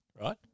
right